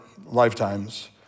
lifetimes